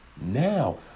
now